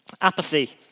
Apathy